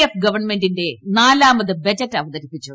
F ഗവ ൺമെന്റിന്റെ നാലാമത് ബജറ്റ് അവതരിപ്പിച്ചു